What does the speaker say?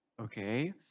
okay